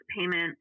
payment